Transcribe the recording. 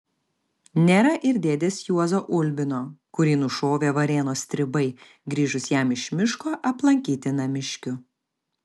nėra ir dėdės juozo ulbino kurį nušovė varėnos stribai grįžus jam iš miško aplankyti namiškių